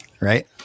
right